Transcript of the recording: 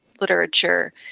literature